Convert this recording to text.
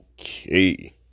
Okay